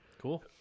cool